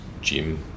gym